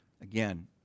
Again